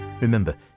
Remember